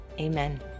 amen